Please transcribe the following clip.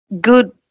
Good